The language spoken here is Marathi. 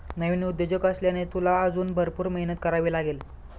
नवीन उद्योजक असल्याने, तुला अजून भरपूर मेहनत करावी लागेल